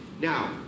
now